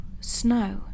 snow